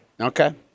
Okay